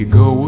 go